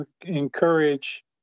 encourage